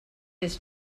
his